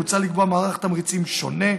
מוצע לקבוע מערך תמריצים שונה,